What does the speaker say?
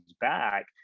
back